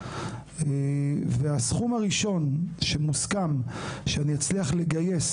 והסכום הראשון שמוסכם שאני אצליח לגייס,